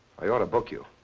i ought to book you.